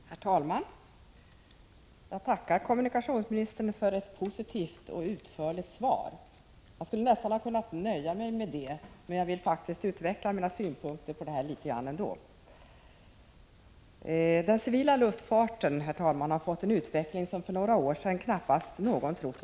Herr talman! Jag tackar kommunikationsministern för ett positivt och utförligt svar. Jag skulle nästan ha kunnat nöja mig med det, men jag vill faktiskt något utveckla mina synpunkter på denna fråga. Den civila luftfarten har fått en utveckling som knappast någon trodde var möjlig för ett par år sedan.